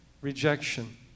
rejection